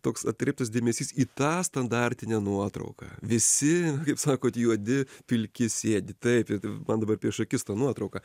toks atkreiptas dėmesys į tą standartinę nuotrauką visi kaip sakot juodi pilki sėdi taip man dabar prieš akis ta nuotrauka